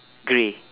grey